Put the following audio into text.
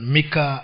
Mika